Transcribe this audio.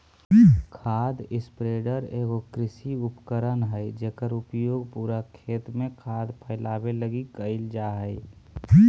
खाद स्प्रेडर एगो कृषि उपकरण हइ जेकर उपयोग पूरा खेत में खाद फैलावे लगी कईल जा हइ